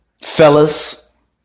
Fellas